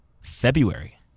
February